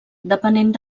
depenent